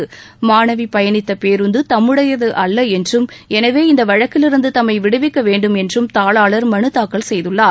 சிறுமி பயணித்த பேருந்து தம்முடையது அல்ல என்றும் எனவே இந்த வழக்கிலிருந்து தம்மை விடுவிக்க வேண்டும் என்றும் தாளாளர் மனு தாக்கல் செய்துள்ளார்